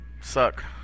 suck